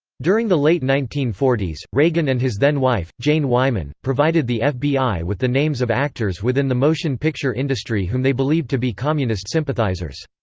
during the late nineteen forty s, reagan and his then-wife, jane wyman, provided the fbi with the names of actors within the motion picture industry whom they believed to be communist sympathizers.